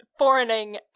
Foreigning